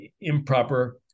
improper